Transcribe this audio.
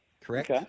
Correct